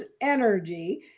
energy